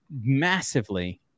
massively